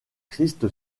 christ